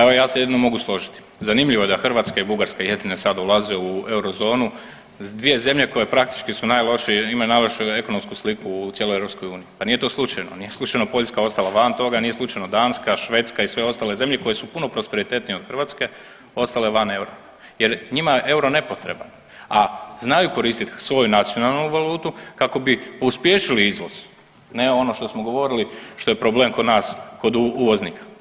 evo ja se jedino mogu složiti, zanimljivo je da Hrvatska i Bugarska jedine sada ulaze u eurozonu, dvije zemlje koje praktički su najlošije, imaju najlošiju ekonomsku sliku u cijeloj EU, pa nije to slučajno, nije slučajno Poljska ostala van toga, nije slučajno Danska, Švedska i sve ostale zemlje koje su puno prosperitetnije od Hrvatske ostale van eura jer njima je euro nepotreban, a znaju korist svoju nacionalnu valutu kako bi pospješili izvoz, ne ono što smo govorili što je problem kod nas kod uvoznika.